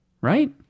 Right